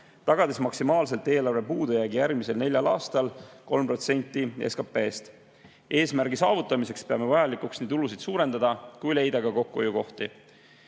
tagades maksimaalselt eelarve puudujäägi järgmisel neljal aastal 3% SKT-st. Eesmärgi saavutamiseks peame vajalikuks nii tulusid suurendada kui leida ka kokkuhoiu kohti.